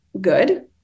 good